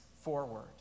forward